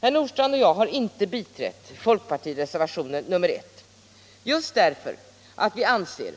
Herr Nordstrandh och jag har inte biträtt folkpartireservationen nr I, just därför att vi anser